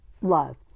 love